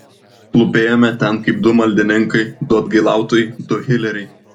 klūpėjome ten kaip du maldininkai du atgailautojai du hileriai